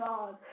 God